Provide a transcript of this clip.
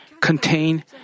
contain